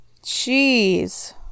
Jeez